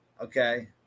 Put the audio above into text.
Okay